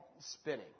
spinning